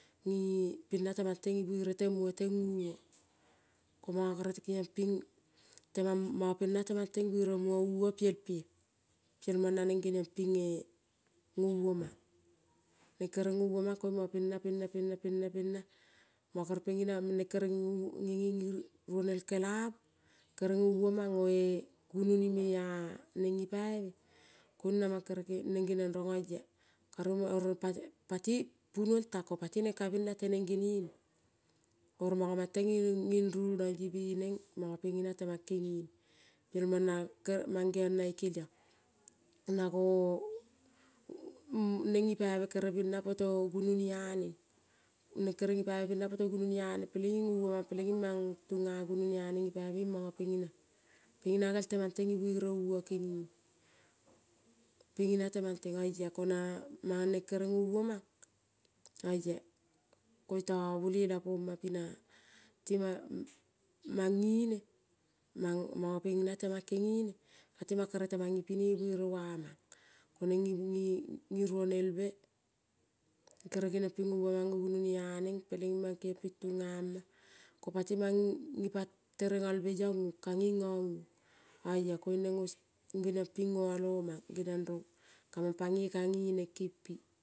Ngi pelna temang teng ivere teng moa teng ua. Ko manga gerel kengiong ping temang, manga pena temang teng iveremoa ua piel pea. Pielmang naneng geniong pinge ngovo mang. Neng kere ngovo mang koing mang pena, pena, pena, pena, pena, monga kere pengina neng kere ngenge ngi ronel kelavu kere ngovo mangoe gunoni me aneng ngipaive kunanang kere neng geniong rong oia karu oro pati, pati punuong tang ko pati neng ka bena teneng genene. Oro manga mateng ngin nging runaie beneng manga pengina temang kengene piel na kere mangeong nae keliong. neng ng ipaive kere bena poto gunoni aneng. Neng kere ngipaive bena poto gunoni aneng peleng ing oma peleng ing mang tunga gunoni aneng ngipaive ing manga pengina. Pengina gel temang teng ivere ua kengene. Pengina temang teng. Oia kona ma neng kere ngovo mang oia koita bolela po mampe na tima mang ngine mang, manga pengina temang kengene. Pati mang kere temang ipine vere vamang. Koneng ngi ronel be kere geniong ping ngovo mangogunomi aneng pelelng ing mang kengiong ping tungama ko pati mang ngipa tenengalve iong ong kangi nganguong oia koiung nengo geniong ping ngoalo mang genion rong kamang pangoi ka ngeneng kempi.